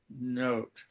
note